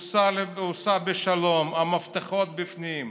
וסע לשלום, המפתחות בפנים.